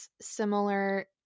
similar